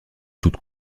toute